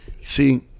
See